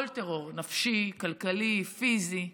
כל טרור, נפשי, כלכלי, פיזי,